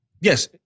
Yes